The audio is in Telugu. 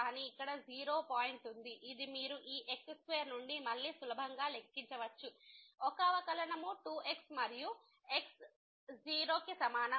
కానీ ఇక్కడ 0 పాయింట్ ఉంది ఇది మీరు ఈ x2 నుండి మళ్ళీ సులభంగా లెక్కించవచ్చు ఒక అవకలనము 2x మరియు x 0 కి సమానం